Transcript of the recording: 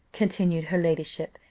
continued her ladyship,